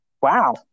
Wow